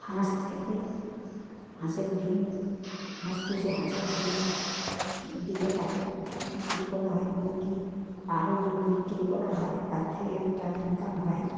হাঁস থেকে হাঁসের ডিম হাঁস পুষে হাঁসের ডিম দিলে তাকে বিক্রি করা হয় মুরগি তারও ডিম বিক্রি করা হয় তার থেকে একটা ইনকাম হয়